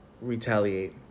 retaliate